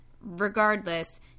Regardless